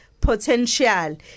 potential